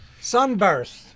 Sunburst